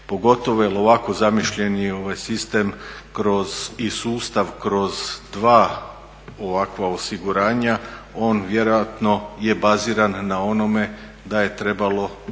pogotovo jel ovako zamišljeni sistem i sustav kroz dva ovakva osiguranja on vjerojatno je baziran na onome da je trebalo